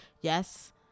yes